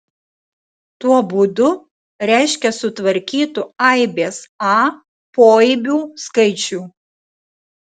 tuo būdu reiškia sutvarkytų aibės a poaibių skaičių